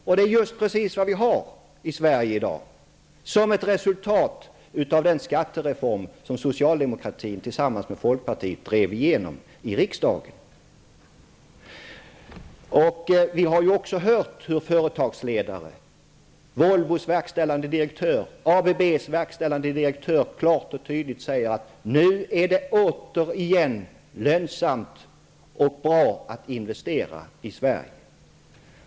Och det är just precis vad vi har i Sverige i dag, som ett resultat av den skattereform som socialdemokratin tillsammans med folkpartiet drev igenom i riksdagen. Vi har också hört hur företagsledare, t.ex. Volvos verkställande direktör och ABB:s verkställande direktör, klart och tydligt har sagt att det nu återigen är lönsamt och bra att investera i Sverige.